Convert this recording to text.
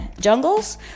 jungles